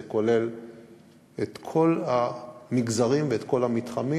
זה כולל את כל המגזרים ואת כל המתחמים.